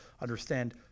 understand